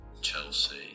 Chelsea